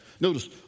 Notice